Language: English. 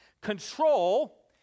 Control